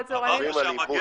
אמרנו שהמגן לא עובד.